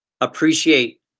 appreciate